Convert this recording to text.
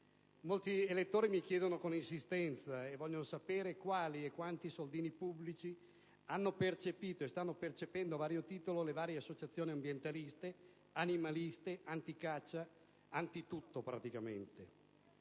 Molti elettori vogliono sapere, con insistenza, quanti e quali soldini pubblici hanno percepito e stanno percependo, a vario titolo, le associazioni ambientaliste, animaliste, anticaccia, antitutto praticamente,